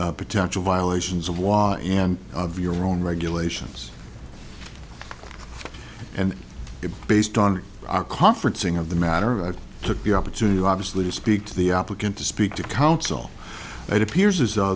potential violations of law and of your own regulations and based on our conferencing of the matter i took the opportunity to obviously speak to the applicant to speak to counsel it appears